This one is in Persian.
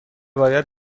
باید